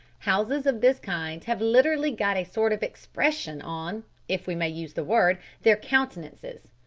houses of this kind have literally got a sort of expression on if we may use the word their countenances.